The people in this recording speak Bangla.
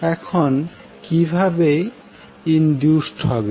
এখন কিভাবে ইনডিউসড হবে